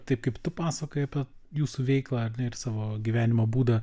taip kaip tu pasakojai apie jūsų veiklą ar ne ir savo gyvenimo būdą